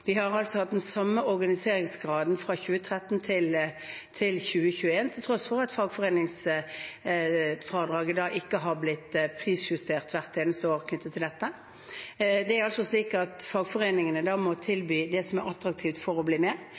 Vi har hatt den samme organiseringsgraden fra 2013 til 2021, til tross for at fagforeningsfradraget ikke har blitt prisjustert hvert eneste år. Da må fagforeningene tilby det som er attraktivt for å bli med. En slik utvikling som man ser i noen bransjer, betyr at det